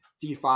DeFi